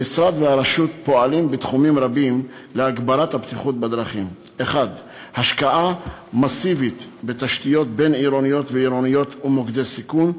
המשרד והרשות פועלים בתחומים רבים להגברת הבטיחות בדרכים: 1. השקעה מסיבית בתשתיות בין-עירוניות ועירוניות ומוקדי סיכון,